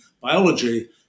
biology